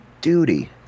duty